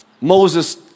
Moses